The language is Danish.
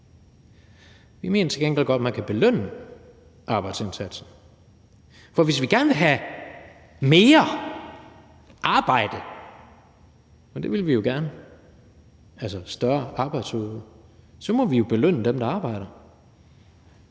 Vi mener til gengæld godt, at man kan belønne arbejdsindsatsen, for hvis vi gerne vil have mere arbejde, altså et større arbejdsudbud – det vil vi jo gerne – må vi belønne dem, der arbejder,